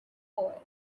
boy